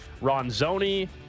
Ronzoni